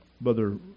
Brother